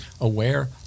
aware